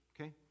okay